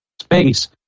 space